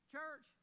Church